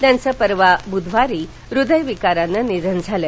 त्यांचं परवा बुधवारी हृदयविकारानं निधन झालं